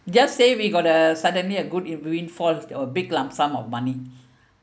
just say we got a suddenly a good or big lump sum of money